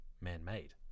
man-made